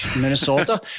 Minnesota